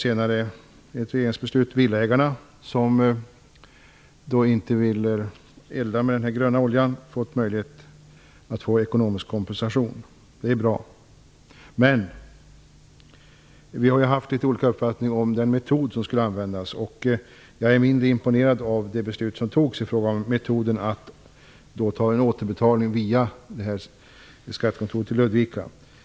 Enligt ett regeringsbeslut har även villaägarna, som inte vill elda med den gröna oljan, fått möjlighet till ekonomisk kompensation. Det är bra. Vi har dock haft litet olika uppfattning om vilken metod som skall användas. Jag är mindre imponerad av det beslut som fattades i fråga om metoden att ta in återbetalning via skattekontoret i Ludvika.